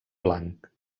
blanc